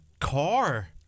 car